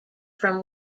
from